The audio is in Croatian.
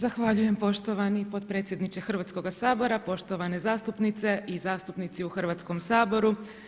Zahvaljujem poštovani potpredsjedniče Hrvatskog sabora, poštovane zastupnice i zastupnici u Hrvatskom saboru.